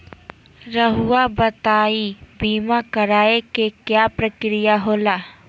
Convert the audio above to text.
रहुआ बताइं बीमा कराए के क्या प्रक्रिया होला?